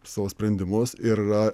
savo sprendimus ir yra